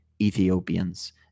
Ethiopians